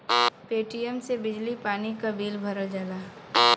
Paytm से बिजली पानी क बिल भरल जाला